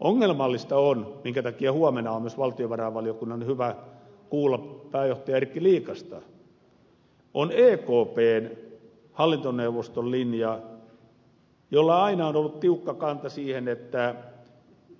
ongelmallinen on minkä takia huomenna on myös valtiovarainvaliokunnan hyvä kuulla pääjohtaja erkki liikasta ekpn hallintoneuvoston linja jolla aina on ollut tiukka kanta siihen että